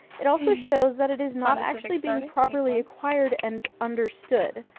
it also shows that it is not actually being properly acquired and understood,